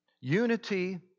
Unity